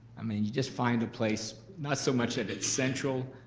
i mean you just find a place, not so much that it's central,